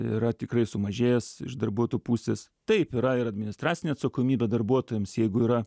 yra tikrai sumažėjęs iš darbuotojų pusės taip yra ir administracinė atsakomybė darbuotojams jeigu yra